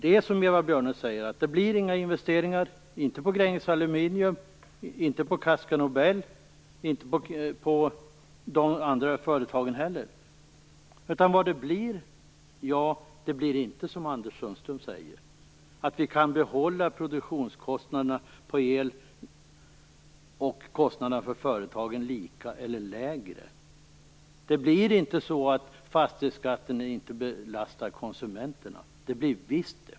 Det är som Eva Björne säger, nämligen att det inte blir några investeringar i Gränges Aluminium, inte i Casco Nobel och inte i de andra företagen heller. Hur blir det? Ja, inte blir det som Anders Sundström säger att vi kan behålla produktionskostnaderna på el och kostnaderna för företagen lika eller lägre. Det kommer inte att bli så att fastighetsskatten inte belastar konsumenterna. Det blir det visst.